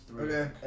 Okay